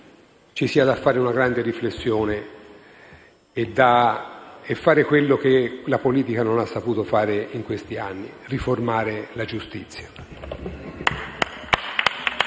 ci sia da fare una grande riflessione e che si debba fare quello che la politica non ha saputo fare in questi anni: riformare la giustizia.